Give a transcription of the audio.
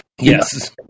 Yes